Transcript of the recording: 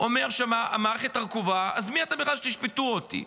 אומר שהמערכת רקובה, מי אתם בכלל שתשפטו אותי?